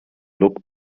look